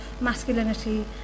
masculinity